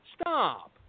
Stop